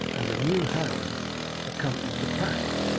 and a new hound accompanied the pack,